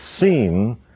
seen